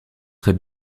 très